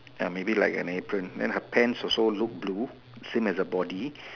ya maybe like an apron then her pants also look blue same as the body